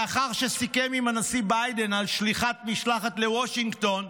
לאחר שסיכם עם הנשיא ביידן על שליחת משלחת לוושינגטון,